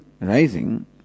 Rising